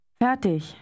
Fertig